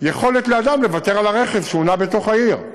יכולת לאדם לוותר על הרכב כשהוא נע בתוך העיר.